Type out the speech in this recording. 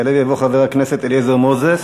יעלה ויבוא חבר הכנסת אליעזר מוזס,